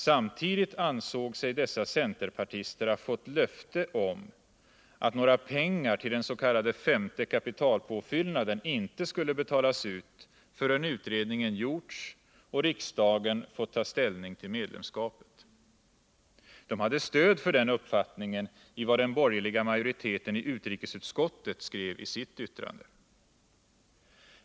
Samtidigt ansåg sig dessa centerpartister ha fått löfte om att några pengar till den s.k. femte kapitalpåfyllnaden inte skulle utbetalas förrän utredningen har gjorts och riksdagen fått ta ställning till medlemskapet. De hade stöd för den uppfattningen i vad den borgerliga majoriteten i utrikesutskottet skrev i sitt yttrande.